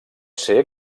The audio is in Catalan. ser